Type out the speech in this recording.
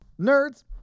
nerds